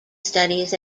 studies